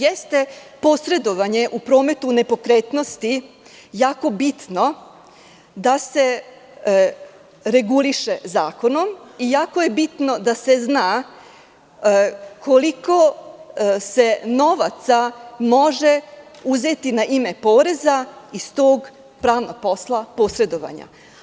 Jeste posredovanje u prometu nepokretnosti jako bitno, da se reguliše zakonom, i jako je bitno da se zna koliko se novaca može uzeti na ime poreza iz tog pravnog posla posredovanja.